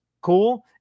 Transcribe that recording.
cool